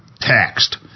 taxed